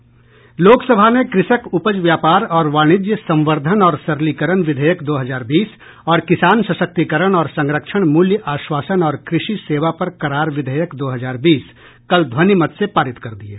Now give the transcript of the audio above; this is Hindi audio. लोकसभा ने कृषक उपज व्यापार और वाणिज्य संवर्धन और सरलीकरण विधेयक दो हजार बीस और किसान सशक्तिकरण और संरक्षण मूल्य आश्वासन और कृषि सेवा पर करार विधेयक दो हजार बीस कल ध्वनिमत से पारित कर दिये